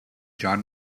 john